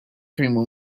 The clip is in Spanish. firmó